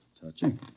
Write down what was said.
Touching